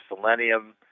selenium